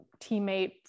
teammate